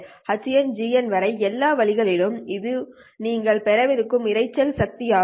HN GN வரை எல்லா வழிகளிலும் இது நீங்கள் பெறவிருக்கும் இரைச்சல் சக்தி ஆகும்